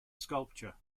sculpture